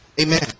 Amen